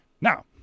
now